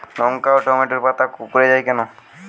লঙ্কা ও টমেটোর পাতা কুঁকড়ে য়ায় কেন?